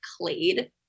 clade